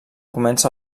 comença